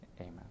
Amen